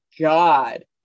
god